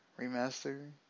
remaster